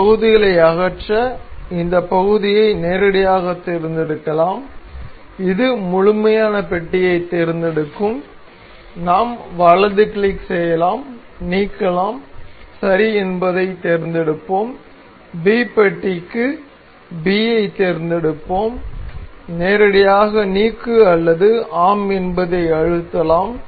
இந்த பகுதிகளை அகற்ற இந்த பகுதியை நேரடியாகத் தேர்ந்தெடுக்கலாம் இது முழுமையான பெட்டியைத் தேர்ந்தெடுக்கும் நாம் வலது கிளிக் செய்யலாம் நீக்கலாம் சரி என்பதைத் தேர்ந்தெடுப்போம் B பெட்டிக்கு B ஐத் தேர்ந்தெடுப்போம் நேரடியாக நீக்கு அல்லது ஆம் என்பதை அழுத்தலாம்